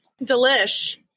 delish